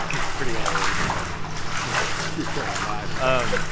it's pretty hilarious, but keep going, live. um